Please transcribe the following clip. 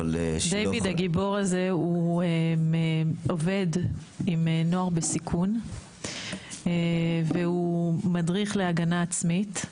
דיוויד הגיבור הזה הוא עובד עם נוער בסיכון והוא מדריך להגנה עצמית.